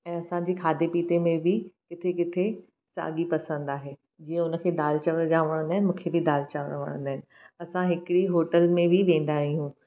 ऐं असांजे खाधे पीते में बि किथे किथे साॻी पसंदि आहे जीअं उन खे दालि चांवर जाम वणंदा आहिनि मूंखे बि दालि चांवर वणंदा आहिनि असांं हिकड़ी होटल में बि वेंदा आहियूं